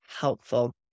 helpful